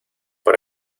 por